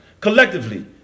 Collectively